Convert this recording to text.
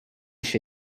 się